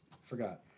Forgot